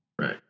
Right